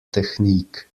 technique